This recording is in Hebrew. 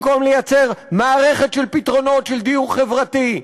במקום לייצר מערכת של פתרונות של דיור חברתי,